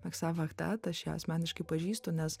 meksa vahtat aš ją asmeniškai pažįstu nes